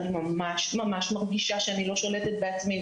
אני ממש ממש מרגישה שאני לא שולטת בעצמי,